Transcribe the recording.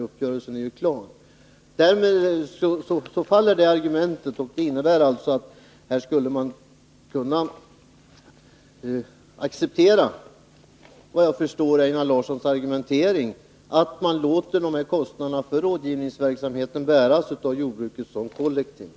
Uppgörelsen är klar. Därmed faller det argumentet, och det innebär att man, såvitt jag förstår, skulle kunna acceptera Einar Larssons argumentering för att låta kostnaderna för rådgivningsverksamheten bäras av jordbruket som kollektiv.